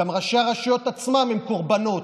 גם ראשי הרשויות עצמם הם קורבנות,